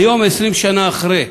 היום, 20 שנה אחרי,